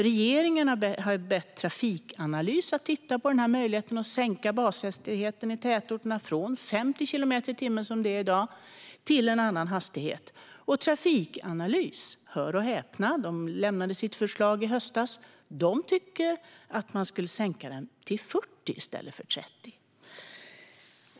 Regeringen har bett Trafikanalys att titta på möjligheten att sänka bashastigheten i tätorterna från 50 kilometer i timmen i dag till en annan hastighet. Trafikanalys, hör och häpna, som lämnade sitt förslag i höstas, tycker att hastigheten ska sänkas till 40 i stället för 30.